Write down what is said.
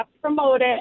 promoted